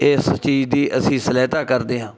ਇਸ ਚੀਜ਼ ਦੀ ਅਸੀਂ ਸਲੈਤਾ ਕਰਦੇ ਹਾਂ